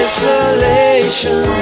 Isolation